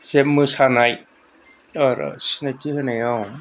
जे मोसानाय अ र' सिनायथि होनायाव